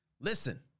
Listen